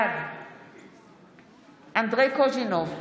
בעד אנדרי קוז'ינוב,